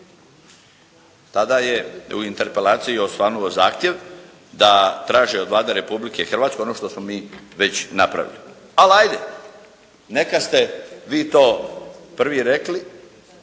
tada je u interpelaciji osvanuo zahtjev da traže od Vlade Republike Hrvatske ono što smo mi već napravili. Ali ajde, neka ste vi to prvi rekli,